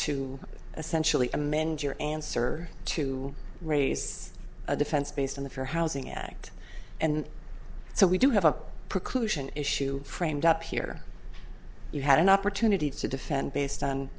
to essentially amend your answer to raise a defense based on the fair housing act and so we do have a preclusion issue framed up here you had an opportunity to defend based on